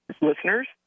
listeners